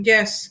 Yes